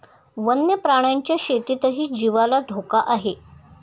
वन्य प्राण्यांच्या शेतीतही जीवाला धोका आहे